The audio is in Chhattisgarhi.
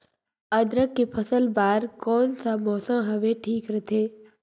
अदरक के फसल बार कोन सा मौसम हवे ठीक रथे?